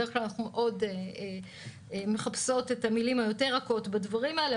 בדרך כלל אנחנו מחפשות את המילים היותר רכות בדברים האלה,